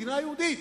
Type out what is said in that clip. מדינה יהודית.